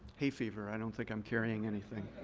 hay fever. i don't think i'm carrying anything.